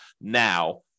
now